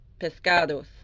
Pescados